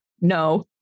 no